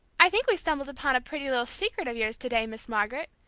i think we stumbled upon a pretty little secret of yours to-day, miss margaret,